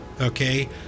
okay